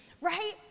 Right